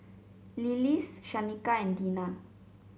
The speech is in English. Lillis Shanika and Dina